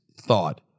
thought